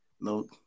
No